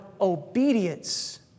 obedience